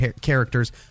characters